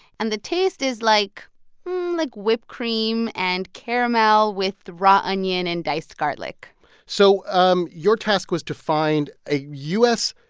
and the taste is like like, whipped cream and caramel with raw onion and diced garlic so um your task was to find a u s.